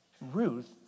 Ruth